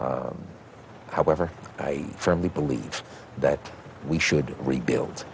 however i firmly believe that we should rebuild